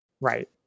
Right